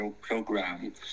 program